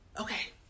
okay